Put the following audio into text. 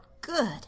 good